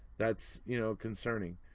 that's, you know, concerning,